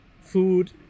food